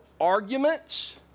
arguments